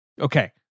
Okay